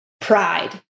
Pride